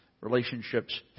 relationships